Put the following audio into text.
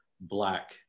black